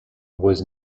was